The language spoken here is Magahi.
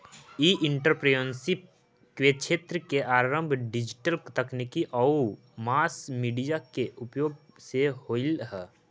ई एंटरप्रेन्योरशिप क्क्षेत्र के आरंभ डिजिटल तकनीक आउ मास मीडिया के उपयोग से होलइ हल